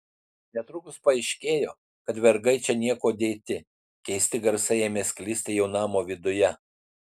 netrukus paaiškėjo kad vergai čia niekuo dėti keisti garsai ėmė sklisti jau namo viduje